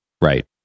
Right